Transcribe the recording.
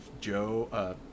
Joe